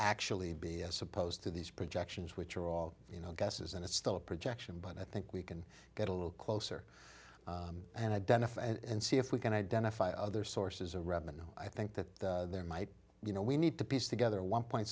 actually be as opposed to these projections which are all you know guesses and it's still a projection but i think we can get a little closer and identify and see if we can identify other sources of revenue i think that there might you know we need to piece together one point